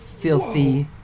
Filthy